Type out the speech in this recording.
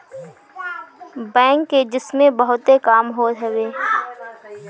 bank के जिम्मे बहुते काम होत हवे